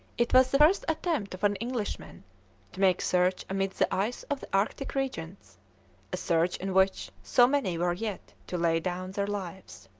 it was the first attempt of an englishman to make search amid the ice of the arctic regions a search in which so many were yet to lay down their lives.